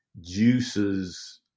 juices